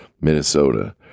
Minnesota